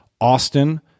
Austin